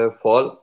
fall